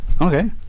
Okay